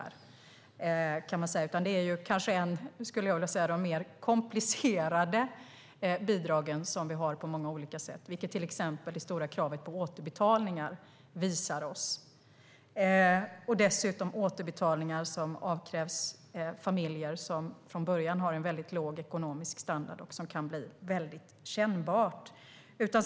Det är på många olika sätt kanske ett av de mer komplicerade bidrag vi har, vilket till exempel det stora kravet på återbetalningar visar oss. Det är dessutom återbetalningar som avkrävs familjer som från början har en väldigt låg ekonomisk standard och som kan bli väldigt kännbara.